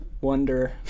wonder